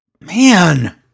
man